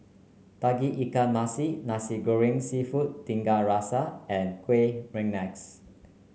Tauge Ikan Masin Nasi Goreng seafood Tiga Rasa and Kueh Rengas